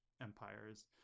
empires